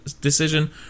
decision